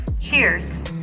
Cheers